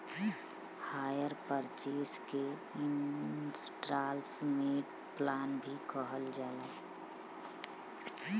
hire purchase के instalment plan भी कहल जाला